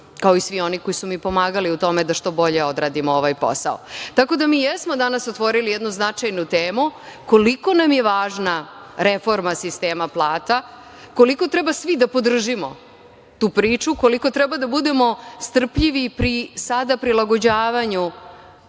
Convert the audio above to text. kao i svi oni koji su mi pomagali u tome da što bolje odradimo ovaj posao. Tako da mi jesmo danas otvorili jednu značajnu temu, koliko nam je važna reforma sistema plata, koliko treba svi da podržimo tu priču, koliko treba da budemo strpljivi pri sada prilagođavanju